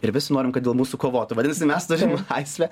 ir visi norim kad dėl mūsų kovotų vadinasi mes turim laisvę